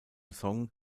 song